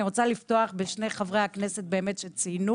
אני רוצה לפתוח בשני חברי הכנסת שציינו